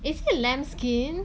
is it lamb skin